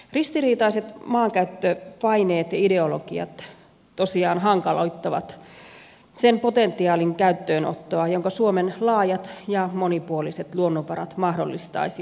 ristiriitaiset maankäyttöpaineet ja ideologiat tosiaan hankaloittavat sen potentiaalin käyttöönottoa jonka suomen laajat ja monipuoliset luonnonvarat mahdollistaisivat